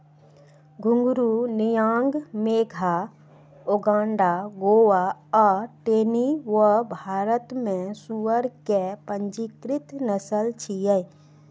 घूंघरू, नियांग मेघा, अगोंडा गोवा आ टेनी वो भारत मे सुअर के पंजीकृत नस्ल छियै